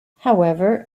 however